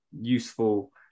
useful